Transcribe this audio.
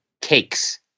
Cakes